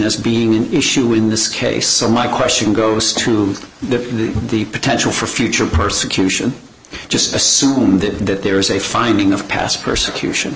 as being an issue in this case so my question goes to the the potential for future persecution just assume that that there is a finding of past persecution